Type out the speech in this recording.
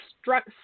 struck